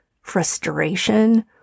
frustration